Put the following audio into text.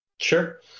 sure